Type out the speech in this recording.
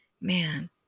man